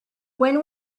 when